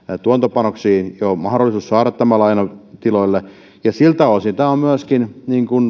tuotantopanoksiin mahdollisuus saada tiloille ja siltä osin tämä on myöskin